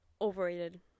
Overrated